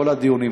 כל הדיונים,